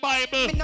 Bible